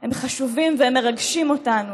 הם חשובים והם מרגשים אותנו,